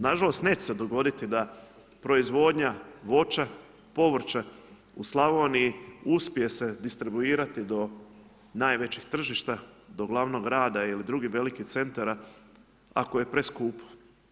Nažalost neće se dogoditi da proizvodnja voća, povrća u Slavoniji uspije se distribuirati do najvećih tržišta, do glavnog rada ili drugih velikih centara ako je preskupo.